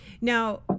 Now